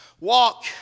walk